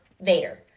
Vader